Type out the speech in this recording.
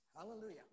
Hallelujah